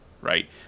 Right